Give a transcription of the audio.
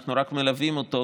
אנחנו רק מלווים אותו,